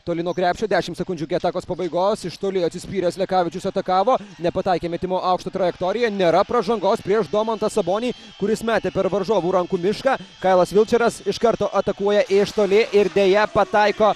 toli nuo krepšio dešimt sekundžių iki atakos pabaigos iš toli atsispyręs lekavičius atakavo nepataikė metimo trajektorija nėra pražangos prieš domantą sabonį kuris metė per varžovų rankų mišką kailas vilčeras iš karto atakuoja iš toli ir deja pataiko